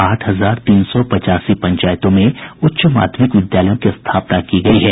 आठ हजार तीन सौ पचासी पंचायतों में उच्च माध्यमिक विद्यालयों की स्थापना की गयी है